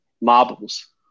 marbles